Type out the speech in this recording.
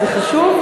זה חשוב.